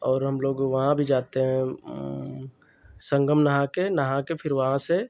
और हम लोग वहाँ भी जाते हैं संगम नहा कर नहा कर फिर वहाँ से